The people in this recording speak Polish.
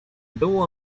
był